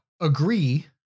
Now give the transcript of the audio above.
agree